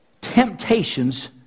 temptations